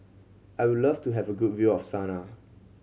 I would love to have a good view of Sanaa